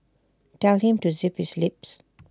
tell him to zip his lips